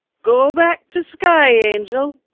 go back to sky, angel!